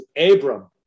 Abram